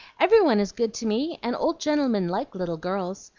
every one is good to me, and old gentlemen like little girls.